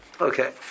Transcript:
okay